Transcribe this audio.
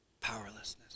Powerlessness